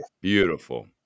Beautiful